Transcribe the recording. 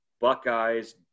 Buckeyes